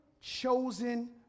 chosen